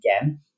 again